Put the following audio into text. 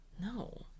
No